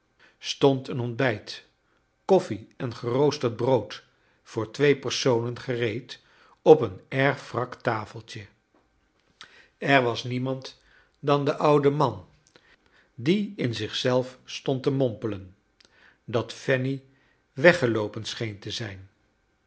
stond een ontbijt koffie en geroosterd brood voor twee personen gereed op een erg wrak tafeltje er was niemand dan de oude man die in zich zelf stond te mompelen dat fanny weggeloopen scheen te zijn